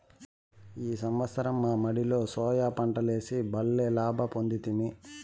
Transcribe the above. ఈ సంవత్సరం మా మడిలో సోయా పంటలేసి బల్లే లాభ పొందితిమి